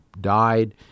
died